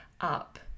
up